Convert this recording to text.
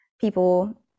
people